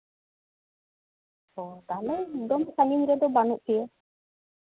ᱚ ᱛᱟᱞᱦᱮ ᱫᱚᱢᱮ ᱥᱟᱺᱜᱤᱧ ᱨᱮᱫᱚ ᱵᱟᱹᱱᱩᱜ ᱯᱮᱭᱟ